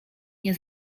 nie